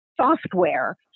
software